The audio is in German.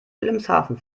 wilhelmshaven